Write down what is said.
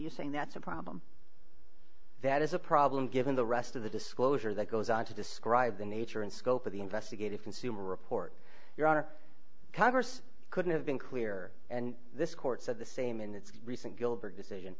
you saying that's a problem that is a problem given the rest of the disclosure that goes on to describe the nature and scope of the investigative consumer report you're our congress couldn't have been clear and this court said the same in its recent gilbert decision